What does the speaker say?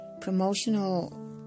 promotional